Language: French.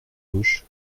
gauche